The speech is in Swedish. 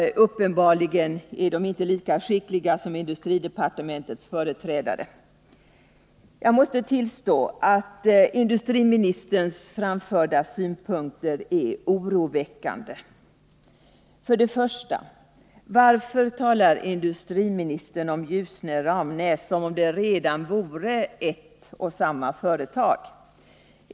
Uppenbarligen är de inte lika skickliga som industridepartementets företrädare. Jag måste tillstå att industriministerns framförda synpunkter är oroväckande. För det första: Varför talar industriministern om Ljusne och Ramnäs som om det redan vore ett och samma företag?